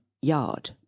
yard